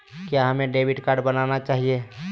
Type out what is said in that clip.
क्या हमें debit card बनाना चाहिए?